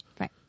Right